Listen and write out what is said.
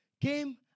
came